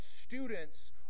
students